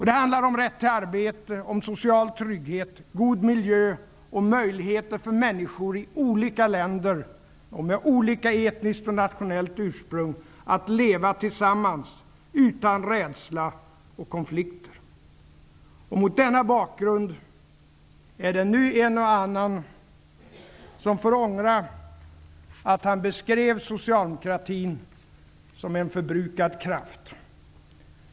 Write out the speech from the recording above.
Det handlar om rätt till arbete, social trygghet, god miljö och möjligheter för människor i olika länder, med olika etniskt och nationellt ursprung, att leva tillsammans, utan rädsla och konflikter. Mot denna bakgrund är det nu en och annan som får ångra att han beskrev socialdemokratin som en förbrukad kraft.